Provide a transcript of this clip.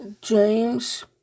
James